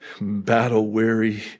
battle-weary